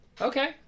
okay